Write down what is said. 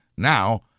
Now